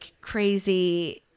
crazy